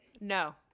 No